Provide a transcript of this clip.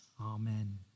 Amen